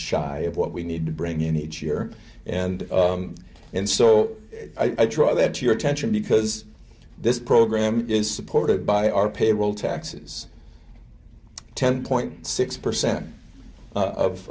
shy of what we need to bring in each year and and so i draw that your attention because this program is supported by our payroll taxes ten point six percent of